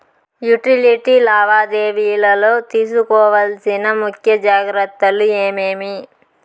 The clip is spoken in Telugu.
యుటిలిటీ లావాదేవీల లో తీసుకోవాల్సిన ముఖ్య జాగ్రత్తలు ఏమేమి?